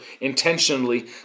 intentionally